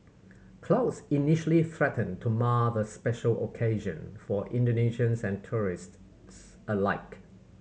clouds initially threatened to mar the special occasion for Indonesians and tourists alike